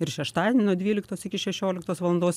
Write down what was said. ir šeštadienį nuo dvyliktos iki šešioliktos valandos